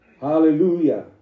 Hallelujah